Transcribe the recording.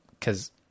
cause